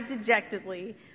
dejectedly